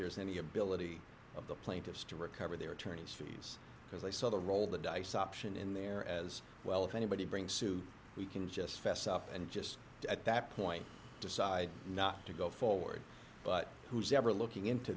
there's any ability of the plaintiffs to recover their attorneys fees because they saw the roll the dice option in there as well if anybody bring suit we can just fess up and just at that point decide not to go forward but who's ever looking into